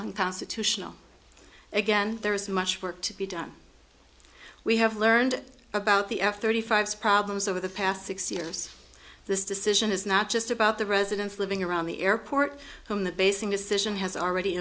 unconstitutional again there is much work to be done we have learned about the f thirty five problems over the past six years this decision is not just about the residents living around the airport whom the basing decision has already